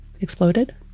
exploded